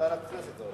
הולך לוועדת הכנסת.